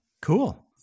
Cool